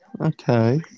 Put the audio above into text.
Okay